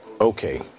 Okay